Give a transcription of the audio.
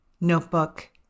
notebook